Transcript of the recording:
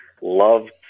Loved